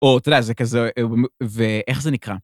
או, אתה יודע, זה כזה, ואיך זה נקרא?